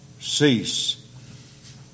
cease